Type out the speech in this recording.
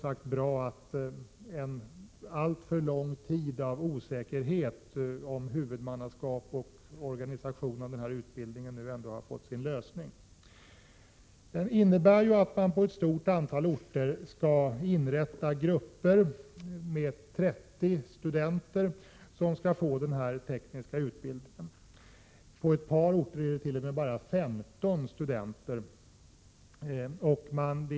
Det är bra att en alltför lång tid av osäkerhet om huvudmannaskap för och organisation av denna utbildning får sitt slut. Lösningen innebär att man på ett stort antal orter skall inrätta grupper med 30 studenter, som skall få denna tekniska utbildning. På ett par orter rör det sig t.o.m. om grupper med bara 15 studenter.